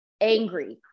angry